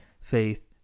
faith